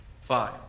Five